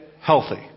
healthy